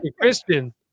Christian